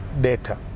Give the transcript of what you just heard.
data